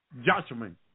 Judgment